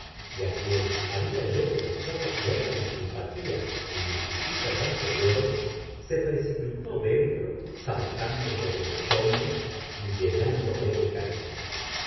y a quien había yo demostrado gran simpatía en mis visitas anteriores se precipitó dentro saltando sobre mis hombros y llenándome de caricias